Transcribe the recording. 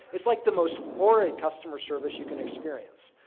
it's like the most horrid customer service you can experience.